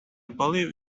believe